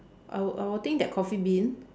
I will I will think that coffee bean